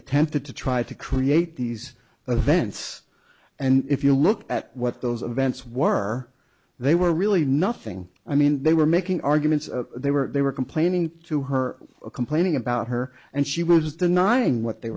attempted to try to create these events and if you look at what those events were they were really nothing i mean they were making arguments they were they were complaining to her complaining about her and she was denying